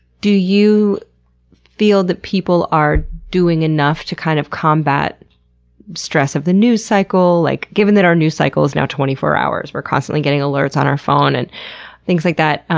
do you feel that people are doing enough to kind of combat stress of the news cycle? like, given that our news cycle is now twenty four hours, we're constantly getting alerts on our phone and things like that,